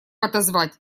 отозвать